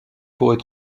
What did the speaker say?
forêts